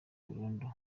burundu